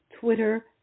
Twitter